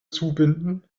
zubinden